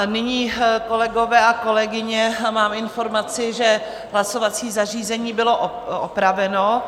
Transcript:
Nyní, kolegové a kolegyně, mám informaci, že hlasovací zařízení bylo opraveno.